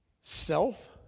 self